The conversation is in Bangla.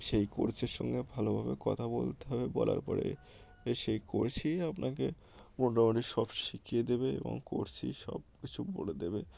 সেই কোর্সের সঙ্গে ভালোভাবে কথা বলতে হবে বলার পরে সেই কোর্সই আপনাকে মোটামুটি সব শিখিয়ে দেবে এবং কোর্সই সব কিছু বলে দেবে